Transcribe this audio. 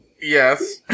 Yes